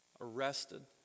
arrested